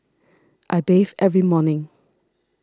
I bathe every morning